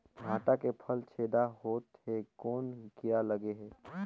भांटा के फल छेदा होत हे कौन कीरा लगे हे?